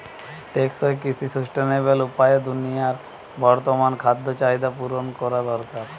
টেকসই কৃষি সুস্টাইনাবল উপায়ে দুনিয়ার বর্তমান খাদ্য চাহিদা পূরণ করা দরকার